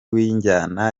w’injyana